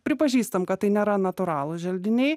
pripažįstam kad tai nėra natūralūs želdiniai